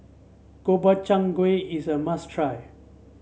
Gobchang Gui is a must try